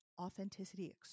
authenticity